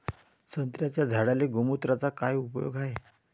संत्र्याच्या झाडांले गोमूत्राचा काय उपयोग हाये?